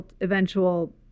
eventual